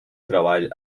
treball